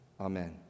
Amen